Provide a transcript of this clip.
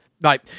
Right